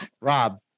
Rob